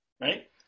Right